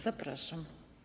Zapraszam.